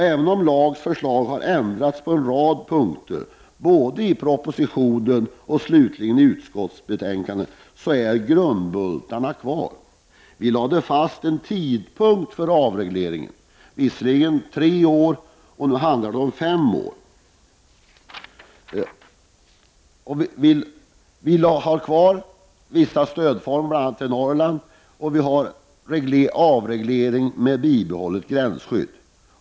Även om LAGs förslag har förändrats på en rad punkter, både i propositionen och slutligen i utskottsbetänkandet, är grundbultarna kvar. Vi lade fast en tid för avregleringen på tre år. Nu handlar det om fem år. Vi vill ha kvar bl.a. Norrlandsstödet. Vi får avreglering med bibehållet gränsskydd.